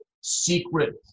secret